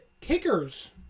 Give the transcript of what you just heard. kickers